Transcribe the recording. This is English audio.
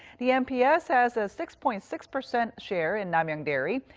the nps has a six point six percent share in namyang dairy.